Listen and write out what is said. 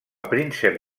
príncep